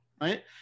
right